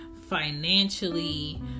financially